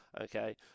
okay